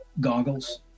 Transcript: goggles